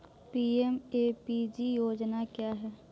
PMEPG योजना क्या है?